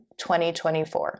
2024